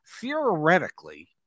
theoretically